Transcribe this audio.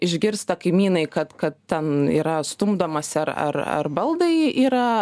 išgirsta kaimynai kad kad ten yra stumdomasi ar ar ar baldai yra